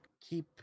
keep